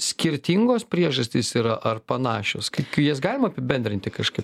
skirtingos priežastys yra ar panašios kaip jas galim apibendrinti kažkaip